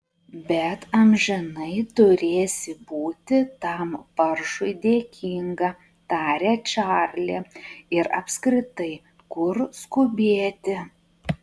bet amžinai turėsi būti tam paršui dėkinga tarė čarli ir apskritai kur skubėti